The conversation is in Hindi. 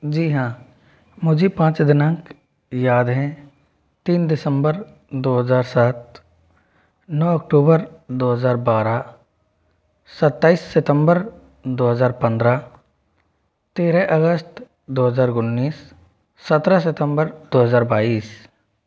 जी हाँ मुझे पाँच दिनांक याद हैं तीन दिसम्बर दो हज़ार सात नौ ऑक्टूबर दो हज़ार बारह सताईस सितम्बर दो हज़ार पन्द्रह तेरह अगस्त दो हज़ार उन्नीस सत्तरह सितम्बर दो हज़ार बाइस